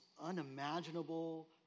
unimaginable